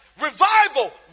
revival